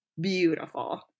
beautiful